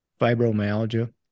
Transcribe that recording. fibromyalgia